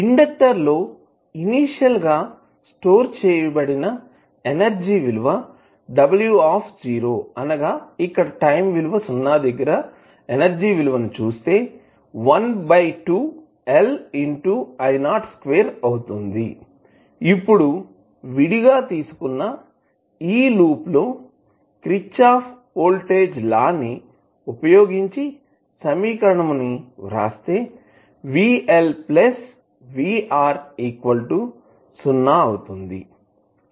inductor లో initial గా store చేయబడిన ఎనర్జీ విలువ ఇప్పుడు విడిగా తీసుకున్న ఈ లూప్ లో క్రిచ్చాఫ్ వోల్టేజ్ లాkirchhoffs voltage law KVL ని ఉపయోగించి సమీకరణం ని రాస్తే V L V R 0 అవుతుంది